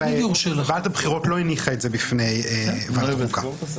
וועדת הבחירות לא הניחה את זה בפני ועדת החוקה.